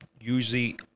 usually